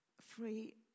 free